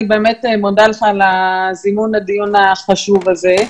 אני באמת מודה לך על זימון הדיון החשוב הזה.